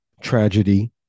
tragedy